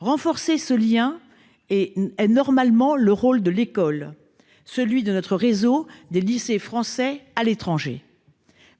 Renforcer ce lien est normalement le rôle de l'école, celui de notre réseau de lycées français à l'étranger.